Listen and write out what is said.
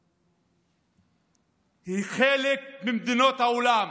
היא חלק ממדינות העולם.